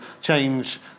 change